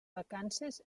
vacances